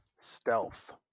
stealth